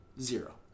Zero